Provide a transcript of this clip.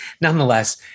nonetheless